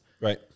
Right